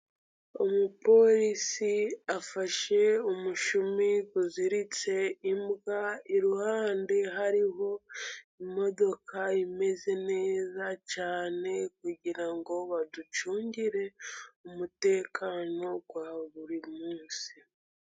Umupolisi afashe umushumi uziritse imbwa, iruhande hariho imodoka imeze neza cyane, kugira ngo baducungire umutekano wa buri munsi.